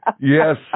Yes